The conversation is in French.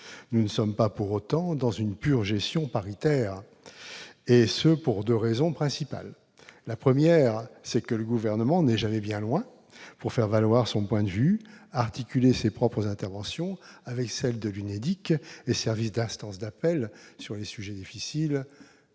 Nous ne sommes pas pour autant dans une pure gestion paritaire, et ce pour deux raisons principales. Premièrement, le Gouvernement n'est jamais bien loin pour faire valoir son point de vue, articuler ses propres interventions avec celles de l'UNEDIC et servir d'instance d'appel sur les sujets difficiles